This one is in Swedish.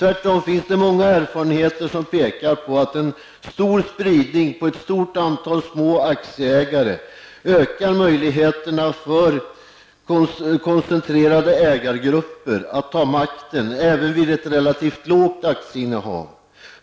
Det finns tvärtom många erfarenheter som pekar på att en ägarspridning på ett stort antal små aktieägare ökar möjligheterna för koncentrerade ägargrupper att ta makten även vid ett relativt lågt aktieinnehav.